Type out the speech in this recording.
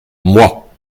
moi